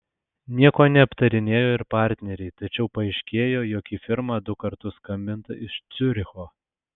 nieko neaptarinėjo ir partneriai tačiau paaiškėjo jog į firmą du kartus skambinta iš ciuricho